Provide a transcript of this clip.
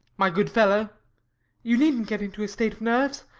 my good fellow you needn't get into a state of nerves.